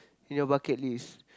in your bucket list